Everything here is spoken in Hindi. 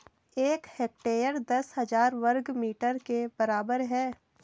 एक हेक्टेयर दस हजार वर्ग मीटर के बराबर है